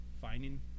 finding